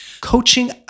Coaching